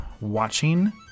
watching